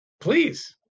Please